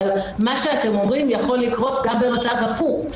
אבל מה שאתם אומרים יכול לקרות גם במצב הפוך,